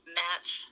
match